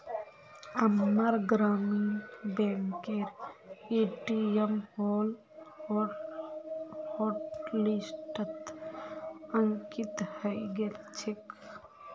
अम्मार ग्रामीण बैंकेर ए.टी.एम हॉटलिस्टत अंकित हइ गेल छेक